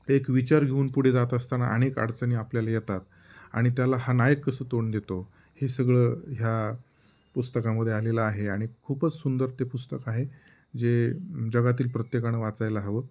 एक विचार घेऊन पुढे जात असताना अनेक अडचणी आपल्याला येतात आणि त्याला हा नायक कसं तोंड देतो हे सगळं ह्या पुस्तकामध्ये आलेलं आहे आणि खूपच सुंदर ते पुस्तक आहे जे जगातील प्रत्येकानं वाचायला हवं